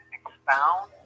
expound